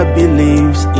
believes